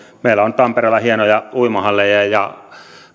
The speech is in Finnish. meillä on hienoja ja